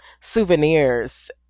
souvenirs